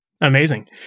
Amazing